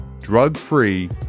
drug-free